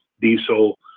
diesel